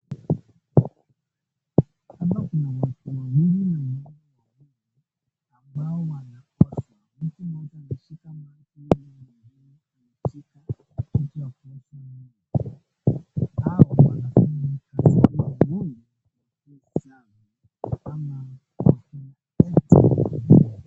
Hapa kuna watu wawili wamevaa vizuri, ambao wanaonyeshwa, mmoja ameshika maji na mwingine ameshika kitia. Hao wanafanya kazi ya kuhudumu kwenye hoteli ama wako kwenye.